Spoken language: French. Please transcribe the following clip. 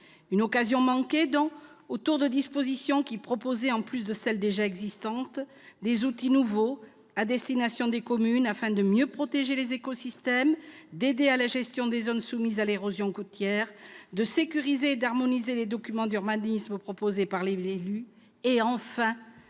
Une occasion manquée, donc, pour des dispositions qui proposaient, en plus de ceux existant déjà, des outils nouveaux à destination des communes, afin de mieux protéger les écosystèmes, d'aider à la gestion des zones soumises à l'érosion côtière, de sécuriser et d'harmoniser les documents d'urbanisme proposés par les élus et, enfin,